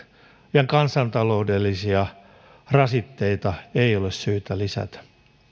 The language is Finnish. ja kansantaloudellisia rasitteita ei ole syytä lisätä